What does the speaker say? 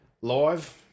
live